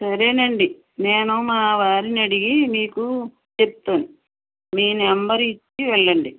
సరే అండి నేను మా వారిని అడిగి మీకు చెప్తాను మీ నెంబర్ ఇచ్చి వెళ్ళండి